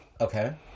Okay